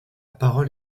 parole